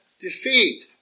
defeat